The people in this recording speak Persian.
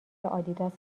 آدیداس